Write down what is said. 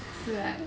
是 right